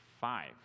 five